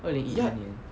二零一一年